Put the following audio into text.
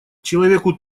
человеку